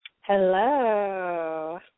Hello